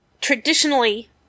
traditionally